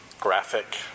Graphic